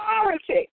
authority